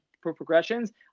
progressions